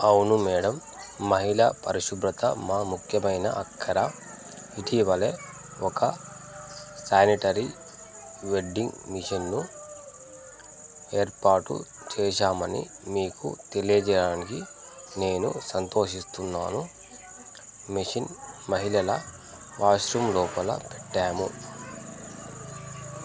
అవును మేడమ్ మహిళా పరిశుభ్రత మా ముఖ్యమైన అక్కర ఇటీవలే ఒక శానిటరీ వెడ్డింగ్ మిషన్ను ఏర్పాటు చేశామని మీకు తెలియజేయడానికి నేను సంతోషిస్తున్నాను మెషిన్ మహిళల వాష్రూమ్ లోపల పెట్టాము